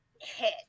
hit